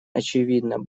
очевидно